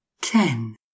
ten